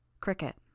Cricket